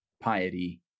piety